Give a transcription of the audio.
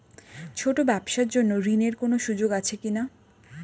ছোট ব্যবসার জন্য ঋণ এর কোন সুযোগ আছে কি না?